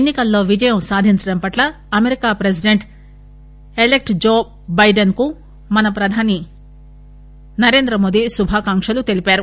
ఎన్ని కల్లో విజయం సాధించడంపట్ల America president elect Joe Biden కు మన ప్రధాని నరేంద్రమోదీ శుభాకాంకలు తెలిపారు